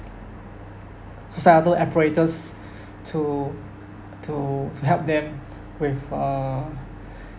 societal apparatus to to to help them with uh